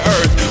Earth